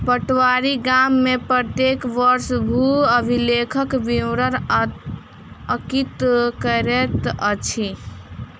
पटवारी गाम में प्रत्येक वर्ष भू अभिलेखक विवरण अंकित करैत अछि